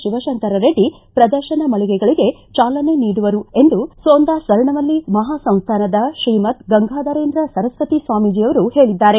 ಶಿವಶಂಕರ ರೆಡ್ಡಿ ಪ್ರದರ್ಶನ ಮಳಿಗೆಗಳಿಗೆ ಜಾಲನೆ ನೀಡುವರು ಎಂದು ಸೋಂದಾ ಸ್ವರ್ಣವಲ್ಲೀ ಮಹಾ ಸಂಸ್ಥಾನದ ಶ್ರೀಮದ್ ಗಂಗಾಧರೇಂದ್ರ ಸರಸ್ವತೀ ಸ್ವಾಮೀಜಿಯವರು ಹೇಳಿದ್ದಾರೆ